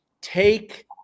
take